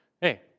Hey